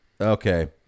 okay